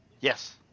Yes